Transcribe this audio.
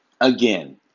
again